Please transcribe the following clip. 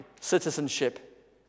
citizenship